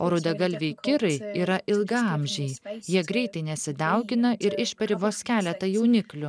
o rudagalviai kirai yra ilgaamžiai jie greitai nesidaugina ir išperi vos keletą jauniklių